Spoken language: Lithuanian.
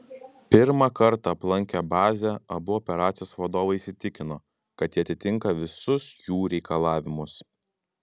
pirmą kartą aplankę bazę abu operacijos vadovai įsitikino kad ji atitinka visus jų reikalavimus